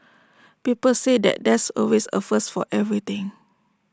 people say that there's always A first for everything